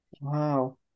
Wow